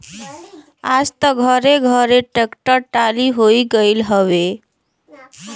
आज त घरे घरे ट्रेक्टर टाली होई गईल हउवे